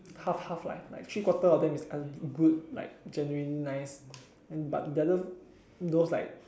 half half like like three quarter of them is good like genuine nice and but those those like